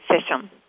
session